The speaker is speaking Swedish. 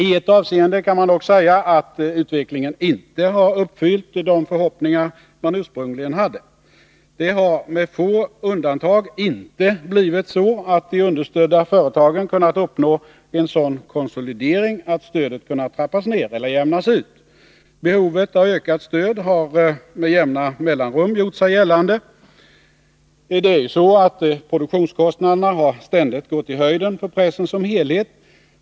I ett avseende kan man dock säga att utvecklingen inte har uppfyllt de förhoppningar som man ursprungligen hade. Med få undantag har de understödda företagen inte kunnat uppnå en sådan konsolidering att stödet kunnat trappas ner eller jämnas ut. Behovet av ökat stöd har med jämna mellanrum gjort sig gällande. Produktionskostnaderna har ständigt gått i höjden för pressen som helhet.